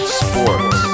sports